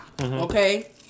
Okay